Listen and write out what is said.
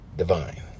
divine